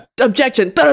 objection